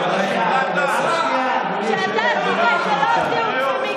חבר הכנסת אמסלם, אתה עד סוף הדיון תהיה בחוץ.